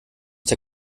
der